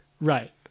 Right